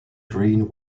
green